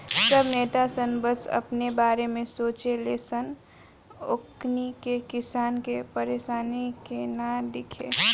सब नेता सन बस अपने बारे में सोचे ले सन ओकनी के किसान के परेशानी के ना दिखे